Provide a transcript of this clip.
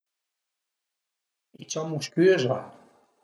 I ciamu scüza